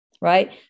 right